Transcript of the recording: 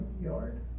yard